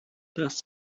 das